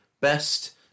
best